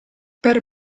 per